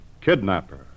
Kidnapper